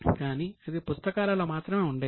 కానీ అది పుస్తకాలలో మాత్రమే ఉండేది